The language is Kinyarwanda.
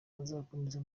azakomereza